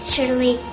Surely